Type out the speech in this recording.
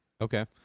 Okay